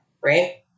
right